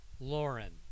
Lauren